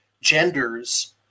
genders